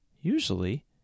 Usually